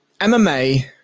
MMA